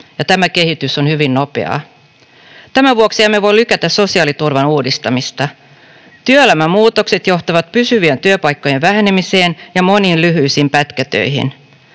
tämä kehitys on hyvin nopeaa. Tämän vuoksi emme voi lykätä sosiaaliturvan uudistamista. Työelämän muutokset johtavat pysyvien työpaikkojen vähenemiseen ja moniin lyhyisiin pätkätöihin.